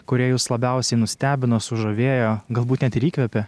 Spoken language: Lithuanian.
kūrie jus labiausiai nustebino sužavėjo galbūt net ir įkvepė